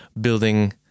building